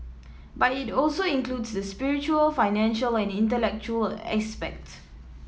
but it also includes the spiritual financial and intellectual aspect